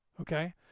okay